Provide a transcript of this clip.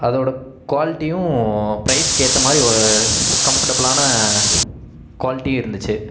அதோடய குவாலிட்டியும் பிரைஸ்க்கு ஏற்றமாரி கம்ஃபர்ட்டபுளான குவாலிட்டியும் இருந்துச்சு